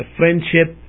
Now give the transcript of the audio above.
friendship